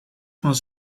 van